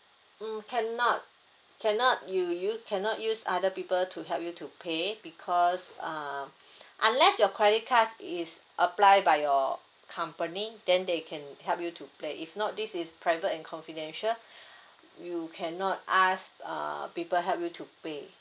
um cannot cannot you use cannot use other people to help you to pay because uh unless your credit card is apply by your company then they can help you to pay if not this is private and confidential you cannot ask uh people help you to pay